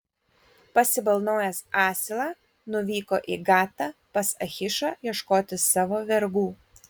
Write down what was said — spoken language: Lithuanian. pasibalnojęs asilą nuvyko į gatą pas achišą ieškoti savo vergų